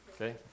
okay